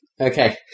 Okay